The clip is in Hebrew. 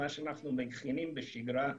מה שאנחנו מכינים בשגרה,